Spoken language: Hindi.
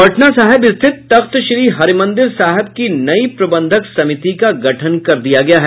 पटना साहिब स्थित तख्त श्री हरिमंदिर साहिब की नई प्रबंधक समिति का गठन हो गया है